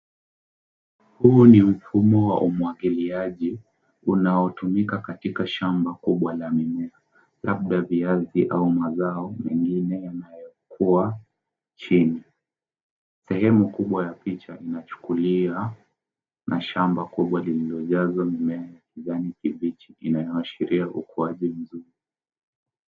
Huu ni mfumo wa umwagiliaji unaotumika katika shamba kubwa la mimea labda viazi au mazao mengine yanayokua chini. Sehemu kubwa ya picha inachukuliwa na shamba kubwa lililojazwa mimea kijani kibichi inayoashiria ukuaji mzuri